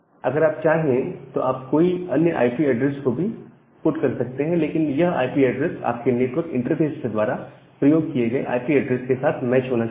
अगर आप चाहे तो आप कोई अन्य आईपी एड्रेस भी पुट कर सकते हैं लेकिन यह आईपी ऐड्रेस आपके नेटवर्क इंटरफेस के द्वारा प्रयोग किए गए आईपी एड्रेस के साथ मैच होना चाहिए